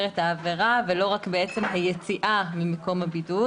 את העבירה ולא רק בעצם היציאה ממקום הבידוד.